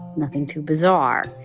nothing too bizarre.